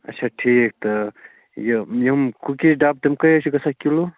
اَچھا ٹھیٖک تہٕ یہِ یِم کُکے ڈبہٕ تِم کٔہۍ حظ چھِ گژھان کِلو